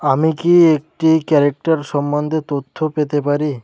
আমি কি একটি ক্যারেক্টার সম্বন্ধে তথ্য পেতে পারি